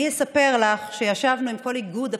אני אספר לך שישבנו עם כל איגוד הפסיכולוגים,